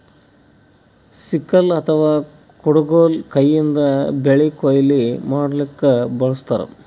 sickle ಅಥವಾ ಕುಡಗೊಲ್ ಕೈಯಿಂದ್ ಬೆಳಿ ಕೊಯ್ಲಿ ಮಾಡ್ಲಕ್ಕ್ ಬಳಸ್ತಾರ್